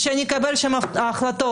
ושאני אקבל שם החלטות.